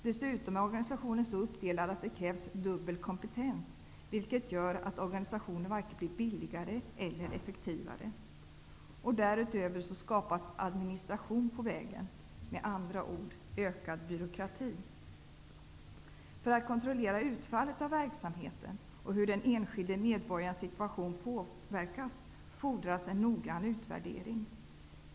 Dessutom är organisationen så uppdelad att det krävs dubbel kompetens, vilket gör att organisationen varken blir billigare eller effektivare. Därutöver skapas administration på vägen, med andra ord ökad byråkrati. För att kontrollera utfallet av verksamheten och hur den enskilde medborgarens situation påverkas fordras en noggrann utvärdering.